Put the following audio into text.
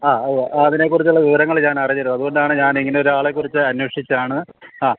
ആ അതെ അതിനെക്കുറിച്ചുള്ള വിവരങ്ങള് ഞാനറിഞ്ഞിരുന്നു അത്കൊണ്ടാണ് ഞാന് എങ്ങനെ അന്വേഷിച്ചാണ് ആ